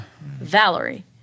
Valerie